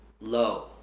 low